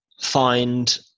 find